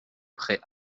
prêt